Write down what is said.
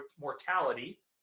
mortality